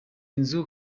nzu